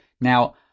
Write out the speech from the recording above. Now